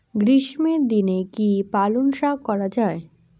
গ্রীষ্মের দিনে কি পালন শাখ করা য়ায়?